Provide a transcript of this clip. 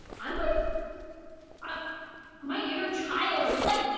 i'm like oh my inner child was like yeah!